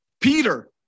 Peter